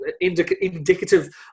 indicative